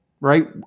right